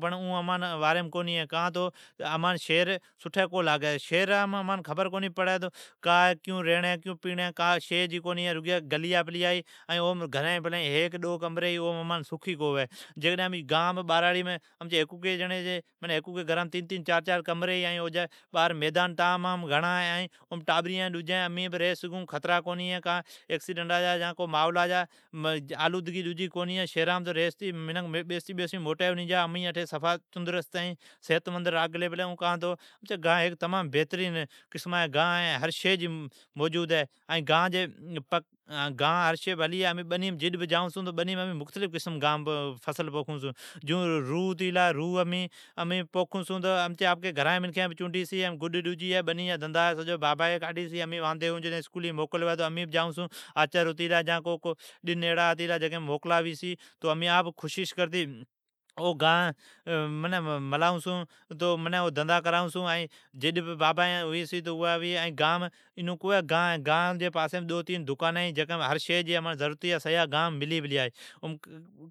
بڑ امان شھر کونی بڑین۔ شھرام امان خبر کونی کا ہے کیون ہےکیو ریڑین ہے کیو پیڑین ہے، ائین اٹھو ڈوتین کمری ھی اوم امان اکھ کونی ھوی۔ گام ھیکوکی جیڑین جی تین، چار کمری ھی ائین میدان ہے اوم امین ائین ٹابرین بنا خطری جی رھ سگھون۔ شھرام انسان بیستی بیستی موٹی ھنی جا ائین امین اٹھی تندرست ائین صحتمند لاگلی پلی ھون۔ کان تو امچی گانم ھر شی ہے۔ امین بنیام مختلف فصل پوکھون چھون، جیون روھ ہے۔ روھ امچین آپکین گھرا جین منکھین چنڈی چھی ائین گڈ ڈجی ھوی اوا بابا ایی کاڈھی چھی۔ جڈ بھی امین اسکولیس واپس آئون چھون جکر امین بھی جائون چھون۔ ایون کو ہے گان ہے، گانم ڈو تین دکانین ھی جکام امان ضرورتی جیا شیا ملی پلیا